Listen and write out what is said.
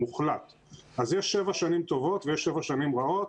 יש שבע שנים טובות ויש שבע שנים רעות.